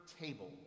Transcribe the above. Table